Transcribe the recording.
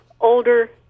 older